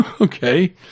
Okay